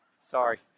sorry